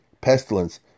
pestilence